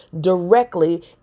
directly